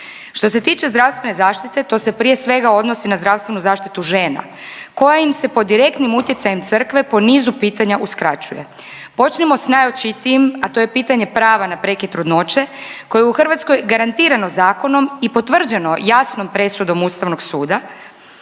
Što se tiče zdravstvene zaštite, to se prije svega odnosi na zdravstvenu zaštitu žena koja im se pod direktnim utjecajem Crkve po nizu pitanja uskraćuje. Počnimo s najočitijim, a to je pitanje prava na prekid trudnoće koji je u Hrvatskoj garantirano zakonom i potvrđeno jasnom presudom Ustavnog suda